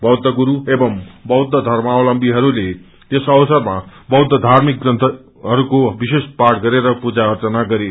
बौद्ध गुरू एवं बौद्ध धर्मावलम्बीहरूले यस अवसरमा बौद्ध यार्मिक ग्रन्थहरूको विशेष पाठ गरेर पूजा अर्चना गरे